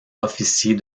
officier